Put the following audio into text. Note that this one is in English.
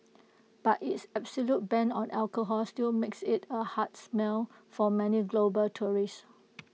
but its absolute ban on alcohol still makes IT A hard smell for many global tourists